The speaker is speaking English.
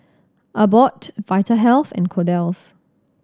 Abbott Vitahealth and Kordel's